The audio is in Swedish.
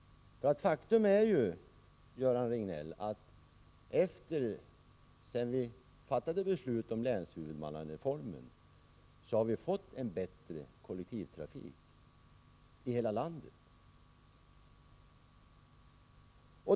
Faktum är, Göran Riegnell, att efter det att vi fattade beslut om länshuvudmannareformen har vi fått en bättre kollektivtrafik i hela landet.